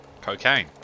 Cocaine